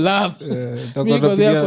Love